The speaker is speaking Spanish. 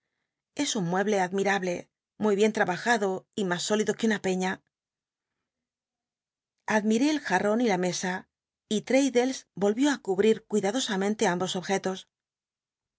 es un mueble admirable muy bien trabajado y mas sólido que una peiia admiré el jarron y la mesa y l'raddles vohió á cubrir cuidadosamente ambos objetos